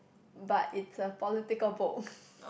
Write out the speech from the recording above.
but it's a political book